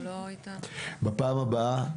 לפעם הבאה: